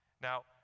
Now